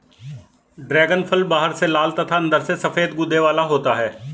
dragon फल बाहर से लाल तथा अंदर से सफेद गूदे वाला होता है